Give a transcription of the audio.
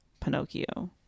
Pinocchio